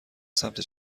سمت